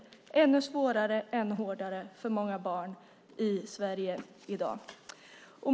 Det blir ännu svårare och ännu hårdare för många barn i Sverige.